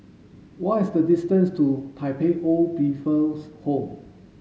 what is the distance to Tai Pei Old People's Home